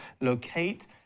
locate